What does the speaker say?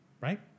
right